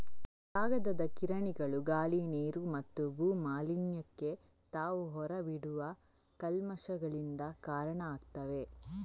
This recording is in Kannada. ಕಾಗದದ ಗಿರಣಿಗಳು ಗಾಳಿ, ನೀರು ಮತ್ತು ಭೂ ಮಾಲಿನ್ಯಕ್ಕೆ ತಾವು ಹೊರ ಬಿಡುವ ಕಲ್ಮಶಗಳಿಂದ ಕಾರಣ ಆಗ್ತವೆ